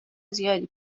زیادی